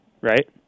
Right